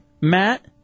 Matt